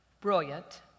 brilliant